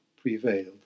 prevailed